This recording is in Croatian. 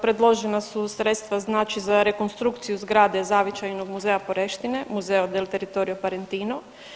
Predložena su sredstava znači za rekonstrukciju zgrade zavičajnog muzeja Poreštine – Museo del territorio parentino.